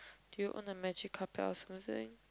do you on the magic carpet or something